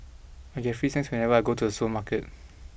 I get free snacks whenever I go to the supermarket